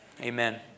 Amen